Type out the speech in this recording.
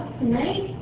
tonight